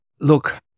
look